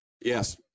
Yes